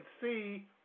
see